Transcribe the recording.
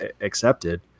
accepted